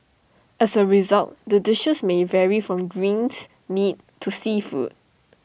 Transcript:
as A result the dishes may vary from greens meat to seafood